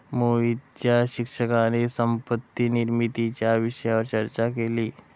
मोहितच्या शिक्षकाने संपत्ती निर्मितीच्या विषयावर चर्चा केली